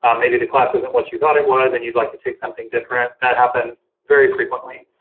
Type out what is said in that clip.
um maybe the class isn't what you thought it was and you'd like to take something different. that happens very frequently.